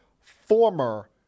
former